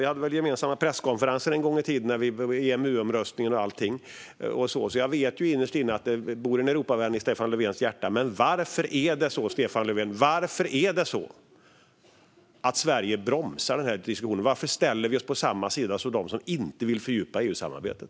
Vi hade väl gemensamma presskonferenser en gång i tiden i samband med EMU-omröstningen. Jag vet innerst inne att det bor en Europavän i Stefan Löfvens hjärta. Men varför, Stefan Löfven, bromsar Sverige denna diskussion? Varför ställer vi oss på samma sida som de som inte vill fördjupa EU-samarbetet?